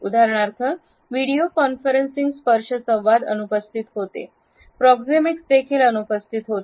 उदाहरणार्थ video conferencing स्पर्श संवाद अनुपस्थित होते प्रॉक्सिमिक्स देखील अनुपस्थित होते